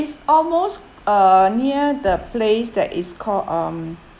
it's almost uh near the place that is called um